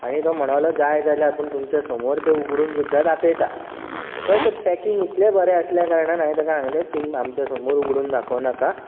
आनी तो म्हणूंक लागलो जाय जाल्यार आपूण तुमच्या समोर तें उगडून सुद्दां दाखयता थंय तें पॅकींग इतले बरें आसल्या कारणान हांवें ताका सांगलें तूं आमच्या समोर उगडून दाखोवं नाका